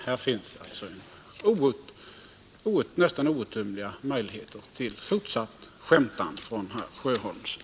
Här finns alltså nästan outtömliga möjligheter till fortsatt skämtande från herr Sjöholms sida.